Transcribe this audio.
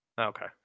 Okay